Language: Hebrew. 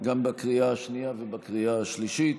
גם בקריאה השנייה ובקריאה השלישית.